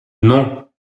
non